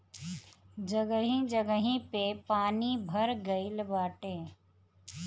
जगही जगही पे पानी भर गइल बाटे